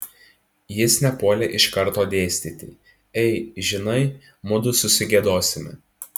jis nepuolė iš karto dėstyti ei žinai mudu susigiedosime